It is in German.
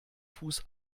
fuß